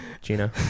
Gina